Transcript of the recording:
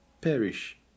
perish